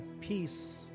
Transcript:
peace